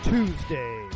Tuesday